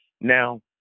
Now